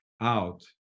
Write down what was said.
out